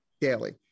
daily